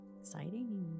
Exciting